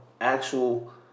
actual